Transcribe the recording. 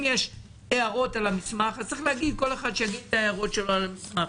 אם יש הערות על המסמך אז כל אחד שיגיד את ההערות שלו על המסמך.